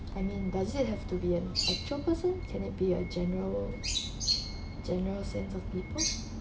I mean does it have to be an actual person can it be a general general sense of people